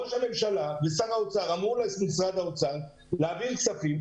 ראש הממשלה ושר האוצר אמרו למשרד האוצר להעביר כספים,